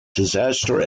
disaster